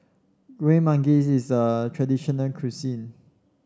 Kueh Manggis is a traditional cuisine